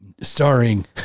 starring